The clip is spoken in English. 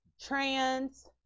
trans